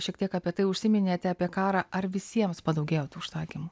šiek tiek apie tai užsiminėte apie karą ar visiems padaugėjo tų užsakymų